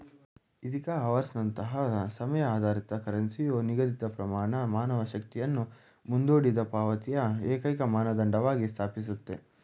Ithaca ಅವರ್ಸ್ನಂತಹ ಸಮಯ ಆಧಾರಿತ ಕರೆನ್ಸಿಯು ನಿಗದಿತಪ್ರಮಾಣ ಮಾನವ ಶ್ರಮವನ್ನು ಮುಂದೂಡಿದಪಾವತಿಯ ಏಕೈಕಮಾನದಂಡವಾಗಿ ಸ್ಥಾಪಿಸುತ್ತೆ